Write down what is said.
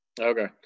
Okay